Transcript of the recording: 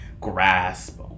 grasp